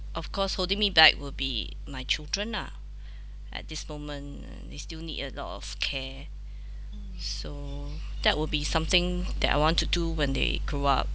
of course holding me back will be my children lah at this moment um they still need a lot of care so that will be something that I want to do when they grow up